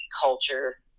culture